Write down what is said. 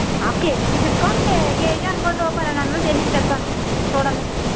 half kg తీసేసుకోండి kg అనుకోండి ఓక పన్నెండు వందలు చేసి ఇస్తాను చూడండి